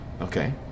okay